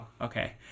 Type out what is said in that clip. okay